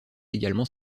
également